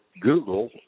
Google